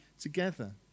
together